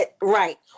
Right